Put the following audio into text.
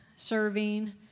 Serving